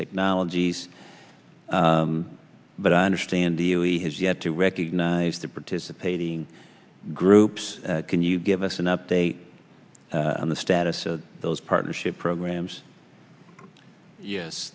technologies but i understand the u a e has yet to recognize the participating groups can you give us an update on the status of those partnership programs yes